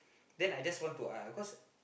then I just want to eh because